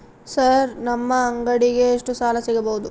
Sir ನಮ್ಮ ಅಂಗಡಿಗೆ ಎಷ್ಟು ಸಾಲ ಸಿಗಬಹುದು?